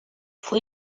fue